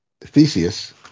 theseus